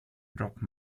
dropped